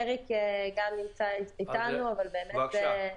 אריק גם נמצא איתנו, אבל באמת --- בבקשה.